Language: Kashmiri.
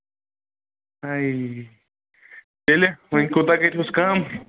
ہَے تیٚلہِ وۄنۍ کوٗتاہ گژھیٚس کم